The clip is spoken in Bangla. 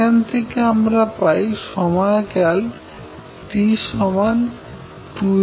এখান থেকে আমরা পাই সময়কাল T2Lv